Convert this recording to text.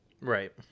Right